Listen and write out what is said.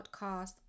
podcast